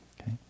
okay